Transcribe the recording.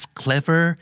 clever